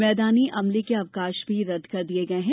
मैदानी अमले के अवकाश भी रद्द कर दिए गए हैं